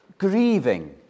Grieving